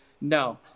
No